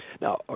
Now